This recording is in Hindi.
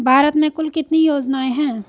भारत में कुल कितनी योजनाएं हैं?